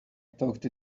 talked